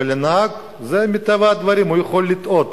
ונהג, זה מטבע הדברים, יכול לטעות.